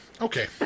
Okay